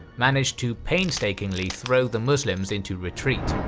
managed to painstakingly throw the muslims into retreat.